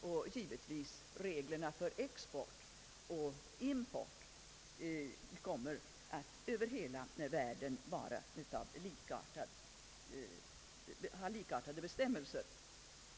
Därmed kan reglerna för export och import över hela världen göras likartade.